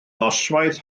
noswaith